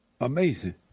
Amazing